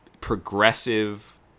progressive